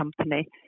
company